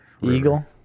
Eagle